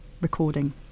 recording